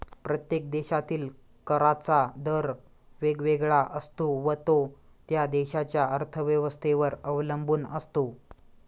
प्रत्येक देशातील कराचा दर वेगवेगळा असतो व तो त्या देशाच्या अर्थव्यवस्थेवर अवलंबून असतो